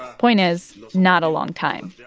point is, not a long time.